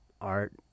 art